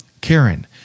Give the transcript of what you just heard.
Karen